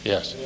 Yes